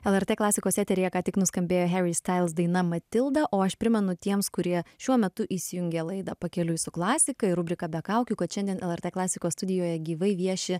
lrt klasikos eteryje ką tik nuskambėjo harry styles daina matilda o aš primenu tiems kurie šiuo metu įsijungia laidą pakeliui su klasikai rubrika be kaukių kad šiandien lrt klasikos studijoje gyvai vieši